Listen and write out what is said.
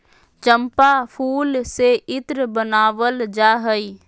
चम्पा फूल से इत्र बनावल जा हइ